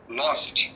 lost